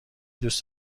دوست